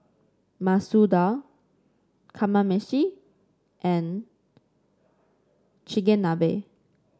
Masoor Dal Kamameshi and Chigenabe